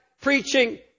preaching